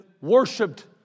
worshipped